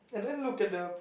and then look at the